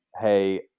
Hey